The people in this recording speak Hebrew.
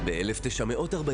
בבתי ספר דתיים או בזרמים